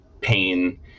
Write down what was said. pain